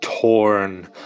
torn